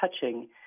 touching